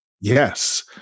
Yes